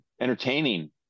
entertaining